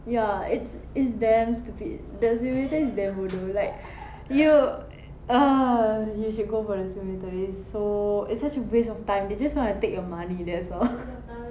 ya it's it's damn stupid the simulator is damn bodoh like you ugh you should go for the simulator it's so it's such a waste of time they just wanna take your money that's all